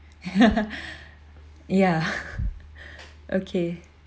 ya okay